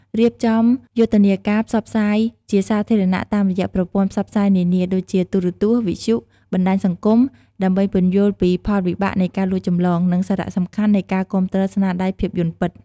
រៀបចំយុទ្ធនាការផ្សព្វផ្សាយជាសាធារណៈតាមរយៈប្រព័ន្ធផ្សព្វផ្សាយនានា ដូចជា ទូរទស្សន៍ វិទ្យុ បណ្តាញសង្គម ដើម្បីពន្យល់ពីផលវិបាកនៃការលួចចម្លង និងសារៈសំខាន់នៃការគាំទ្រស្នាដៃភាពយន្តពិត។